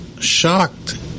shocked